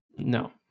no